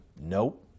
Nope